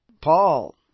Paul